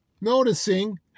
noticing